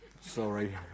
Sorry